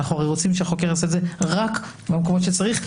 אנחנו הרי רוצים שהחוק יעשה את זה רק במקומות שצריך,